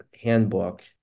handbook